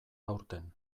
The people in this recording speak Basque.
aurten